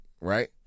right